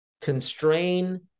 constrain